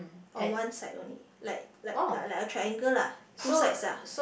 on one side only like like like a triangle lah two sides ah